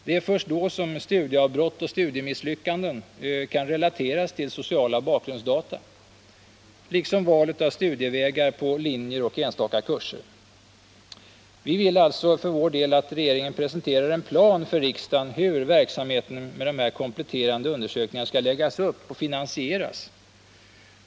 Det är först då som studieavbrott och studiemisslyckanden kan relateras till sociala bakgrundsdata, liksom val av studievägar på linjer och enstaka kurser. Vi vill alltså att regeringen för riksdagen presenterar en plan för hur verksamheten med dessa kompletterande undersökningar skall läggas upp och finansieras.